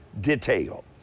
detail